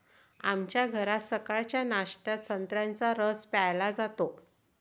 आमच्या घरात सकाळच्या नाश्त्यात संत्र्याचा रस प्यायला जातो